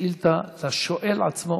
בשאילתה השואל עצמו